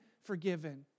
forgiven